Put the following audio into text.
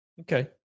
Okay